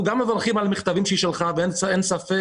אנחנו מברכים על המכתבים שהרשות שלחה ואין ספק